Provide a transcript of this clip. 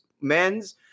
men's